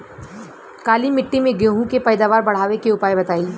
काली मिट्टी में गेहूँ के पैदावार बढ़ावे के उपाय बताई?